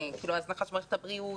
הזנחה של מערכת הבריאות,